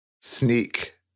sneak